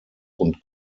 und